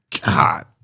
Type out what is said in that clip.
God